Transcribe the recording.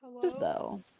hello